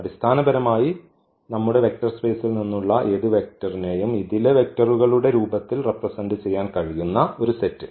അടിസ്ഥാനപരമായി നമ്മുടെ വെക്റ്റർ സ്പെയ്സിൽ നിന്ന് ഉള്ള ഏത് വെക്റ്ററേയും ഇതിലെ വെക്റ്റർകളുടെ രൂപത്തിൽ റെപ്രെസെന്റ് ചെയ്യാൻ കഴിയുന്ന ഒരു സെറ്റ്